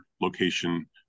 location